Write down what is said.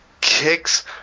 kicks